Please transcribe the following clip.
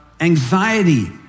anxiety